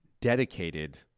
dedicated